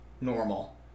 normal